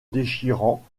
déchirant